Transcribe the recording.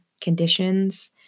conditions